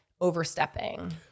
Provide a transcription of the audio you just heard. overstepping